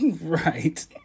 Right